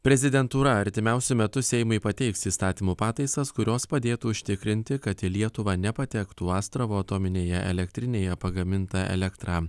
prezidentūra artimiausiu metu seimui pateiks įstatymų pataisas kurios padėtų užtikrinti kad į lietuvą nepatektų astravo atominėje elektrinėje pagaminta elektra